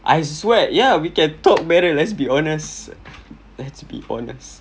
I swear ya we can talk better let's be honest let's be honest